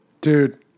Dude